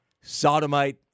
Sodomite